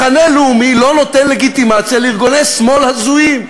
מחנה לאומי לא נותן לגיטימציה לארגוני שמאל הזויים.